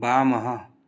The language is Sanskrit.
वामः